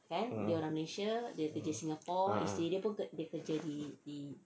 ah